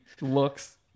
looks